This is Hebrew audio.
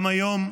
גם היום,